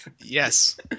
Yes